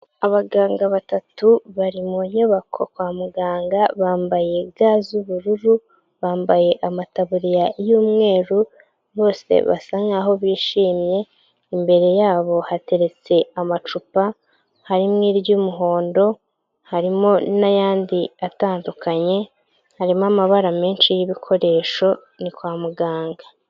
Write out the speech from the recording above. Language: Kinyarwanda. Abaganga batatu bari mu nyubako kwa muganga bambaye ga z'ubururu, bambaye amataburiya y'umweru, bose basa nk'aho bishimye, imbere yabo hateretse amacupa harimo iry'umuhondo, harimo n'ayandi atandukanye, harimo amabara menshi y'ibikoresho ni kwa muganga.